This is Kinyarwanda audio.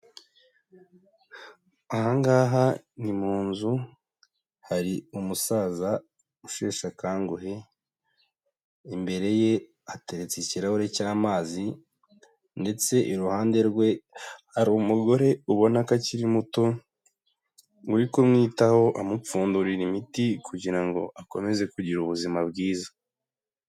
Aha ngaha ni mu nzu hari umusaza usheshe akanguhe, imbere ye hateretse ikirahure cy'amazi ndetse iruhande rwe hari umugore ubona ko akiri muto, uri kumwitaho amupfundurira imiti kugira ngo akomeze kugira ubuzima bwiza.